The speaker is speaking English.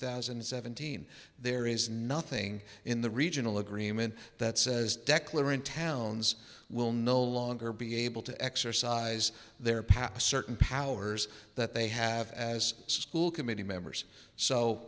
thousand and seventeen there is nothing in the regional agreement that says declan towns will no longer be able to exercise their past certain powers that they have as school committee members so